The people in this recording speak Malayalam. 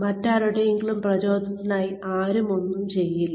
മറ്റാരുടെയും പ്രയോജനത്തിനായി ആരും ഒന്നും ചെയ്യില്ല